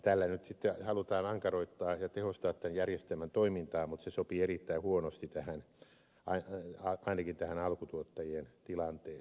tällä nyt halutaan ankaroittaa ja tehostaa tämän järjestelmän toimintaa mutta se sopii erittäin huonosti ainakin alkutuottajien tilanteeseen